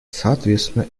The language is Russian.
соответственно